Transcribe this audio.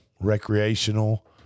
recreational